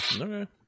Okay